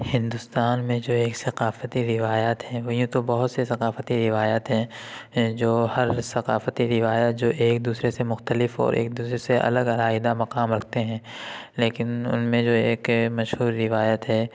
ہندوستان میں جو ایک ثقافتی روایات ہیں وہ یوں تو بہت سے ثقافتی روایات ہیں جو ہر ثقافتی روایت جو ایک دوسرے سے مختلف اور ایک دوسرے سے الگ علاحدہ مقام رکھتے ہیں لیکن ان میں جو ایک مشہور روایت ہے